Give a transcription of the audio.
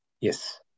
Yes